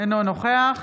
אינו נוכח